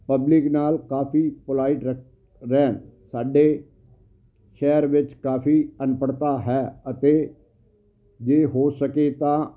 public ਨਾਲ ਕਾਫ਼ੀ polite ਰ ਰਹਿਣ ਸਾਡੇ ਸ਼ਹਿਰ ਵਿੱਚ ਕਾਫ਼ੀ ਅਨਪੜ੍ਹਤਾ ਹੈ ਅਤੇ ਜੇ ਹੋ ਸਕੇ ਤਾਂ